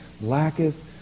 lacketh